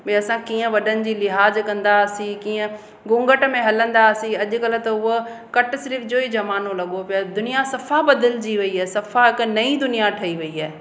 भई असां कीअं वॾनि जी लिहाज़ु कंदा हुआसीं कीअं घुंघट में हलंदा हुआसीं अॼुकल्ह त उहा कट स्लीव जो ई ज़मानो लॻो पयो आहे दुनिया सफ़ा बदिलजी वई आहे सफ़ा हिकु नई दुनिया ठही वई आहे